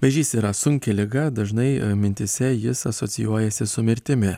vėžys yra sunki liga dažnai mintyse jis asocijuojasi su mirtimi